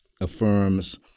affirms